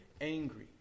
angry